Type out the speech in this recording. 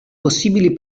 possibili